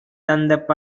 தந்த